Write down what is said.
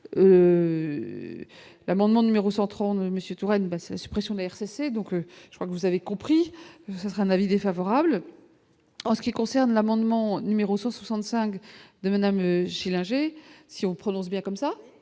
L'amendement numéro 132 Monsieur Touraine suppression RCC, donc je crois que vous avez compris ce serait un avis défavorable en ce qui concerne l'amendement numéro 165 de Madame Schillinger si on prononce bien comme ça,